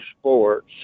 sports